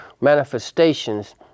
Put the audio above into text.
manifestations